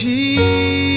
Jesus